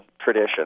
tradition